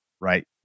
right